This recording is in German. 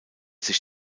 sich